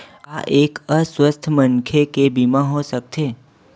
का एक अस्वस्थ मनखे के बीमा हो सकथे?